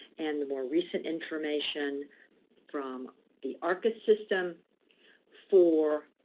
and the more recent information from the arcis system for